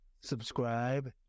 subscribe